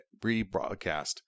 rebroadcast